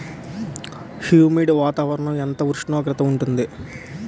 Humid వాతావరణం ఎంత ఉష్ణోగ్రత ఉంటుంది?